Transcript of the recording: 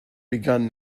begun